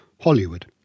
Hollywood